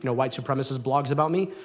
you know white supremacist blogs about me,